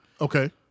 Okay